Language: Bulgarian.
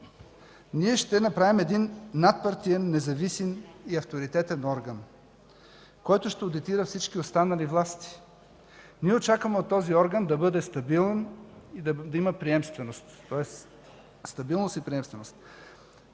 Ние ще направим един надпартиен, независим и авторитетен орган, който ще одитира всички останали власти. Очакваме от този орган да бъде стабилен и да има приемственост,